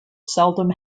seldom